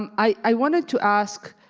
um i wanted to ask